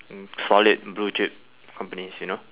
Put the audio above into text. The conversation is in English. mm solid blue chip companies you know